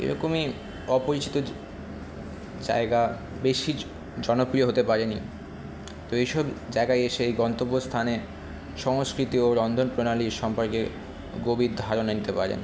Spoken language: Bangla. এরকমই অপরিচিত জায়গা বেশি জনপিয় হতে পারেনি তো এই সব জায়গায় এসে এই গন্তব্য স্থানে সংস্কৃতি ও রন্ধন প্রণালী সম্পর্কে গভীর ধারণা নিতে পারেন